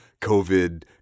COVID